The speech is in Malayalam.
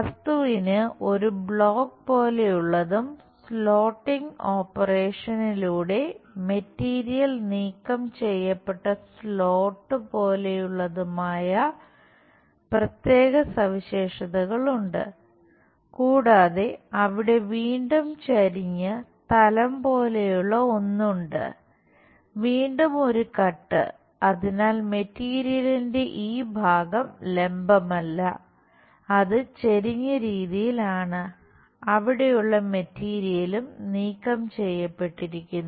വസ്തുവിന് ഒരു ബ്ലോക്ക് നീക്കം ചെയ്യപ്പെട്ടിരിക്കുന്നു